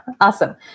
awesome